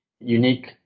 unique